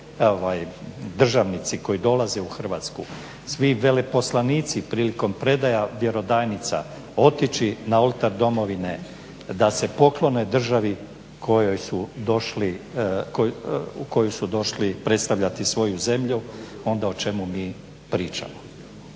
državnici koji dolaze u Hrvatsku, svi veleposlanici prilikom predaja vjerodajnica otići na Oltar Domovine da se poklone državi u koju su došli predstavljati svoju zemlju onda o čemu mi pričamo?